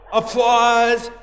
applause